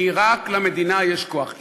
כי רק למדינה יש כוח.